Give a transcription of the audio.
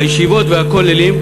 הישיבות והכוללים,